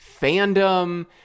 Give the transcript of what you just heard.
fandom